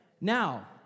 Now